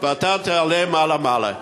ואתה תעלה מעלה מעלה.